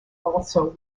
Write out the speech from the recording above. also